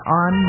on